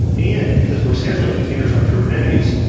and because we're scheduling containers on kubernetes,